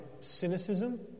cynicism